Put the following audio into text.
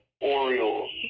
Orioles